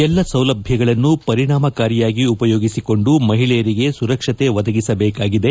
ಎಲ್ಲಾ ಸೌಲಭ್ಯಗಳನ್ನು ಪರಿಣಾಮಕಾರಿಯಾಗಿ ಉಪಯೋಗಿಸಿಕೊಂಡು ಮಹಿಳೆಯರಿಗೆ ಸುರಕ್ಷತೆ ಒದಗಿಸಬೇಕಾಗಿದೆ